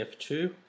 F2